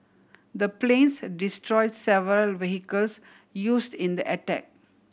the planes destroy several vehicles used in the attack